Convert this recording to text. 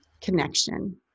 connection